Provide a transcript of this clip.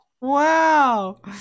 Wow